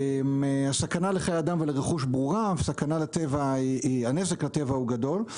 הסכנה לחיי אדם ולרכוש ברורה, הנזק לטבע הוא גדול.